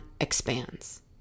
expands